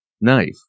knife